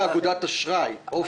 הכוונה לאגודת אשראי "אופק".